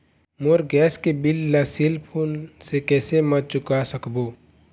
मोर gas के bill ला cell phone से कैसे म चुका सकबो?